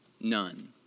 None